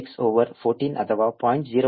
01 sin over 50 t minus 3